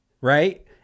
Right